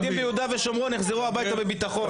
ילדי יהודה ושומרון יחזרו הביתה בביטחון.